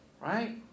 right